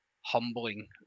humbling